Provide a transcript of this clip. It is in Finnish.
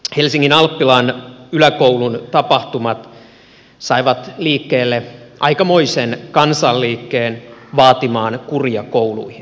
helsingin alppilan yläkoulun tapahtumat saivat liikkeelle aikamoisen kansanliikkeen vaatimaan kuria kouluihin